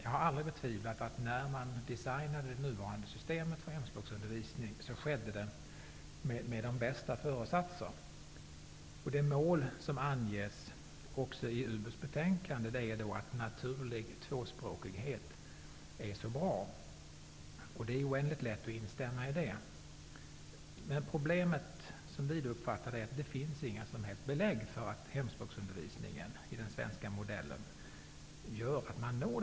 Jag har aldrig betvivlat att man, när man designade nuvarande system för hemspråkundervisningen, gjorde det med de bästa föresatser. Det anges också i utbildningsutskottets betänkande att naturlig tvåspråkighet är bra, vilket är lätt att instämma i. Men problemet, som vi nydemokrater uppfattar det, är att det inte finns några som helst belägg för att hemspråksundervisningen med den svenska modellen uppnår uppsatt mål.